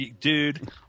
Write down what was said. dude